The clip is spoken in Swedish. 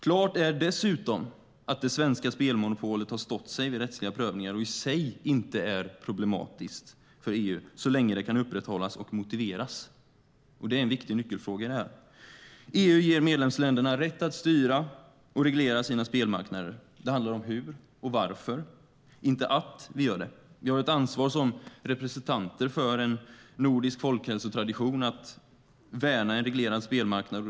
Klart är dessutom att det svenska spelmonopolet har stått sig vid rättsliga prövningar och i sig inte är problematiskt för EU så länge det kan upprätthållas och motiveras. Det är en viktig nyckelfråga.EU ger medlemsländerna rätt att styra och reglera sina spelmarknader. Det handlar om hur och varför, inte att vi gör det. Vi har ett ansvar som representanter för en nordisk folkhälsotradition att värna en reglerad spelmarknad.